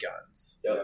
guns